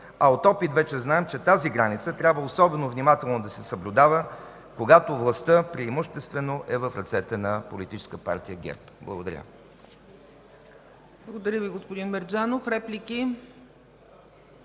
а от опит вече знаем, че тази граница трябва особено внимателно да се съблюдава, когато властта преимуществено е в ръцете на политическа партия ГЕРБ. Благодаря.